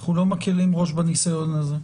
אנחנו לא מקלים ראש בניסיון הזה.